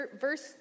verse